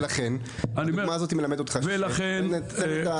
ולכן הדוגמה הזאת מלמדת אותך שאין את הדברים.